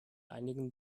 einigen